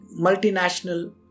multinational